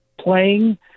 Playing